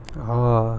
orh